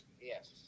yes